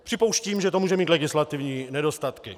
Připouštím, že to může mít legislativní nedostatky.